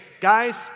guys